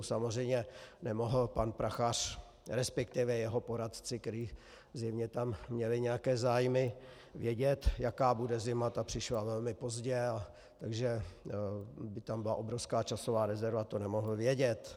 Samozřejmě nemohl pan Prachař, resp. jeho poradci, kteří tam zjevně měli nějaké zájmy, vědět, jaká bude zima, ta přišla velmi pozdě, takže by tam byla obrovská časová rezerva, to nemohl vědět.